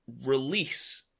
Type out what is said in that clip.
release